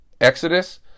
Exodus